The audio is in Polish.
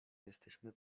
jesteśmy